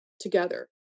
together